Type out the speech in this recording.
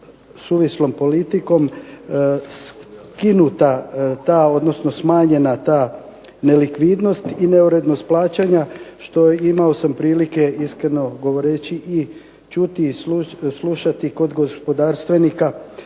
skinuta ta, odnosno smanjena ta nelikvidnost i neurednost plaćanja, što imao sam prilike iskreno govoreći i čuti i slušati kod gospodarstvenika